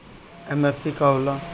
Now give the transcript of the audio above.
MFC का होला?